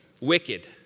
wicked